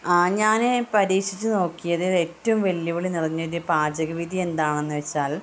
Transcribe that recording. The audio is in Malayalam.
ആ ഞാൻ പരീഷിച്ച് നോക്കിയതിൽ ഏറ്റവും വെല്ലുവിളി നിറഞ്ഞൊരു പാചകവിധി എന്താണെന്ന് വെച്ചാൽ